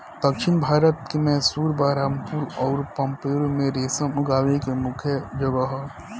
दक्षिण भारत के मैसूर, बरहामपुर अउर पांपोर में रेशम उगावे के मुख्या जगह ह